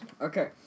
Okay